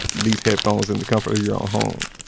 these headphones in the comfort of your own home